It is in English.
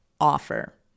offer